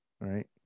right